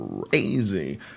crazy